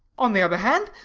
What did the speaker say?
on the other hand,